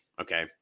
Okay